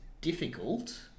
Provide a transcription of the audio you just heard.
difficult